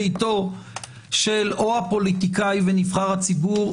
ביתו של או הפוליטיקאי ונבחר הציבור,